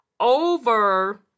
Over